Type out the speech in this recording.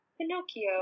Pinocchio